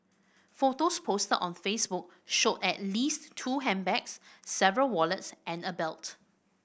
photos posted on Facebook showed at least two handbags several wallets and a belt